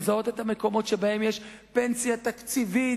לזהות את המקומות שבהם יש פנסיה תקציבית,